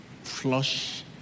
Flush